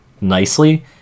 nicely